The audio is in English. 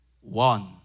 one